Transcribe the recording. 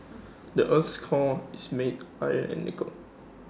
the Earth's core is made iron and nickel